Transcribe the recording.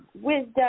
wisdom